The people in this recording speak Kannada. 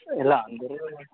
ಇಲ್ಲ ಅಂದರೂ